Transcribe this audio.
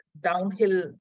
downhill